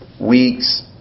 weeks